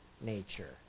nature